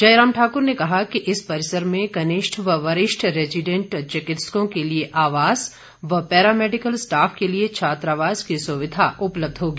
जयराम ठाकुर ने कहा कि इस परिसर में कनिष्ठ व वरिष्ठ रेजिडेंट चिकित्सकों के लिए आवास व पैरामैडिकल स्टॉफ के लिए छात्रावास की सुविधा उपलब्ध होगी